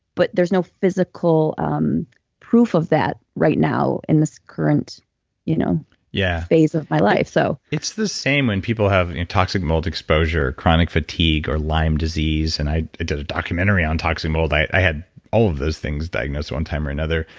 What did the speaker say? but there's no physical um proof of that right now in this current you know yeah phase of my life so it's the same when people have toxic mold exposure, chronic fatigue, or lyme disease. and i did a documentary on toxic mold. i had all of those things diagnosed one time or another.